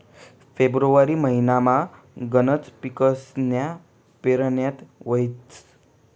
February महिनामा गनच पिकसन्या पेरण्या व्हतीस